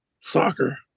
Soccer